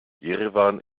jerewan